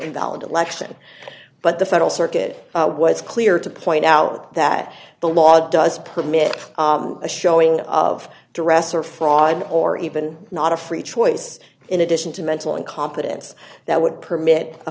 invalid election but the federal circuit was clear to point out that the law does permit a showing of dress or fraud or even not a free choice in addition to mental incompetence that would permit